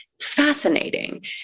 fascinating